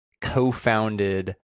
co-founded